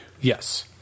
Yes